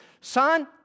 Son